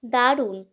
দারুণ